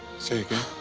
say again.